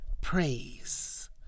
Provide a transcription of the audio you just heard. praise